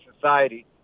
society